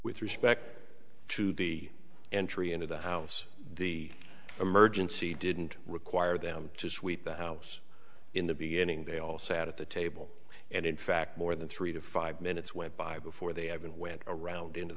with respect to the entry into the house the emergency didn't require them to sweep the house in the beginning they all sat at the table and in fact more than three to five minutes went by before they even went around into